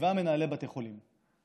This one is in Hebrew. שבעה מנהלי בתי חולים,